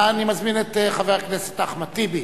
אני מזמין את חבר הכנסת אחמד טיבי